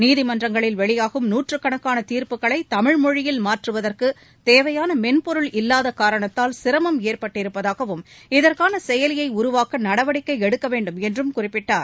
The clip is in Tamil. நீதிமன்றங்களில் வெளியாகும் நூற்றுக்கணக்கான தீர்ப்புக்களை தமிழ்மொழியில் மாற்றுவதற்கு தேவையான மென்பொருள் இல்லாத காரணத்தால் சிரமம் ஏற்பட்டிருப்பதாகவும் இதற்கான செயலியை உருவாக்க நடவடிக்கை எடுக்க வேண்டும் என்றும் குறிப்பிட்டார்